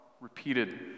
repeated